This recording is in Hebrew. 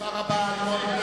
תודה רבה.